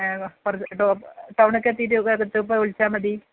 ഏ ടൗണോക്കെയെത്തീട്ട് എത്തീട്ടു വിളിച്ചാല് മതി